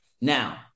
now